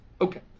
okay